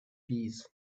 bees